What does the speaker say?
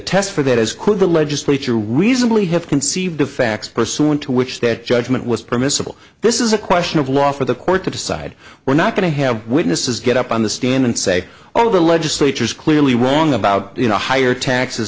test for that is could the legislature reasonably have conceived of facts pursuant to which that judgment was permissible this is a question of law for the court to decide we're not going to have witnesses get up on the stand and say all of the legislature's clearly wrong about you know higher taxes